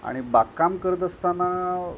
आणि बागकाम करत असताना